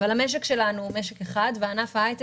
אבל המשק שלנו הוא משק אחד וענף ההייטק